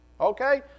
Okay